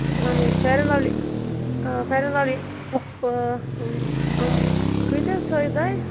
fair and lovely اۭں fair and lovely یِم کۭتیٛاہ حظ تھٲیوٕ تۄہہِ